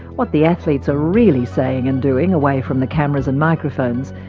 what the athletes are really saying and doing away from the cameras and microphones,